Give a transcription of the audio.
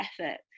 effort